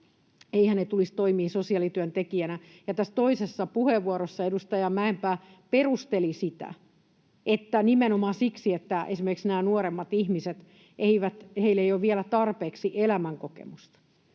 ei tulisi toimia sosiaalityöntekijänä. Tässä toisessa puheenvuorossaan edustaja Mäenpää perusteli sitä niin, että nimenomaan siksi, että esimerkiksi näillä nuoremmilla ihmisillä ei ole vielä tarpeeksi elämänkokemusta.